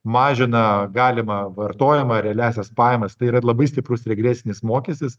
mažina galimą vartojamą realiąsias pajamas tai yra labai stiprus regresinis mokestis